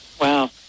Wow